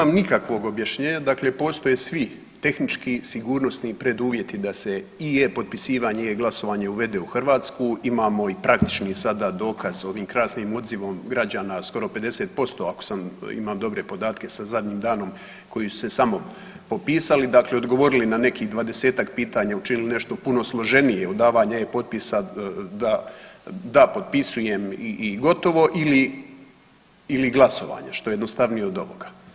Nemam nikakvog objašnjenja, dakle postoje svi tehnički i sigurnosni preduvjeti da se i e-Potpisivanje i e-Glasovanje uvede u Hrvatsku, imamo i praktični sada dokaz ovim krasnim odzivom građana, skoro 50%, ako sam imam dobre podatke sa zadnjim danom koji su se samopopisali, dakle odgovorili na nekih 20-ak pitanja, učinili nešto puno složenije od davanja e-Potpisa, da, da potpisujem i gotovo ili glasovanje, što je jednostavnije od ovoga.